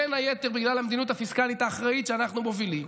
בין היתר בגלל המדיניות הפיסקלית האחראית שאנחנו מובילים